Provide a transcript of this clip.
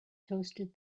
toasted